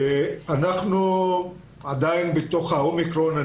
אנחנו עדיין בתוך ה-אומיקרון.